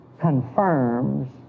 confirms